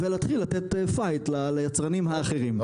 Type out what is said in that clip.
ולהתחיל לתת פייט ליצרנים האחרים.